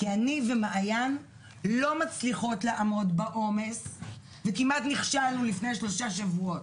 כי אני ומעיין לא מצליחות לעמוד בעומס וכמעט נכשלנו לפני שלושה שבועות.